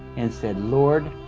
and said, lord,